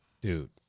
dude